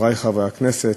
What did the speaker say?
חברי חברי הכנסת,